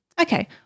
Okay